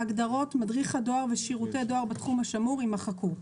" ההגדרות "מדריך הדואר" ו-"שירותי דואר בתחום השמור" יימחקו,